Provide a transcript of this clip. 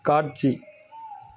காட்சி